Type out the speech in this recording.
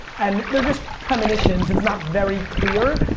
and they're just premonitions, it's not very clear.